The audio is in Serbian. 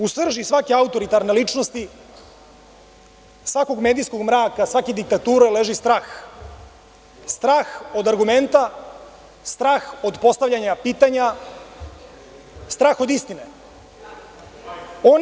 U srži svake autoritarne ličnosti, svakog medijskog mraka, svake diktature, leži strah, strah od argumenta, strah od postavljanja pitanja, strah od istine.